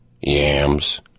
Yams